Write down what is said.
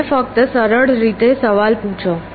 મને ફક્ત સરળ રીતે સવાલ પૂછો